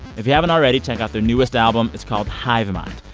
if you haven't already, check out their newest album. it's called hive mind.